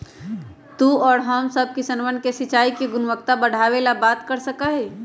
तू और हम सब किसनवन से सिंचाई के गुणवत्ता बढ़ावे ला बात कर सका ही